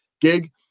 gig